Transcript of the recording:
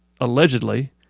allegedly